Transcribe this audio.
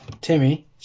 Timmy